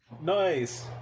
Nice